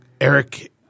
Eric